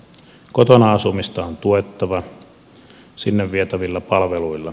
kotona asumista on tuettava sinne vietävillä palveluilla